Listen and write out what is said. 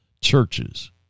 churches